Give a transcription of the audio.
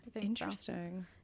Interesting